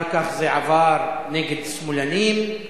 אחר כך זה עבר נגד שמאלנים,